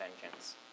vengeance